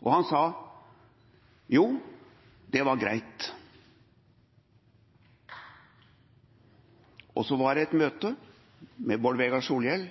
og han sa det var greit. Så var det et møte mellom Bård Vegar Solhjell,